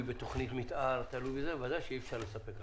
אנחנו לא מבקשים מעובדים שלנו לבצע משהו מסוכן שהם לא יודעים לעשות.